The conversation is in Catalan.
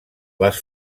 les